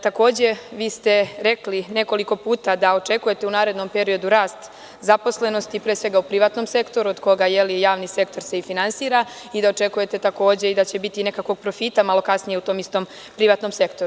Takođe, vi ste rekli nekoliko puta da očekujete u narednom periodu rast zaposlenosti, pre svega u privatnom sektoru, od koga se javni sektor i finansira, i da očekujete takođe da će biti nekakvog profita malo kasnije, u tom istom privatnom sektoru.